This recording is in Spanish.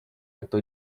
acto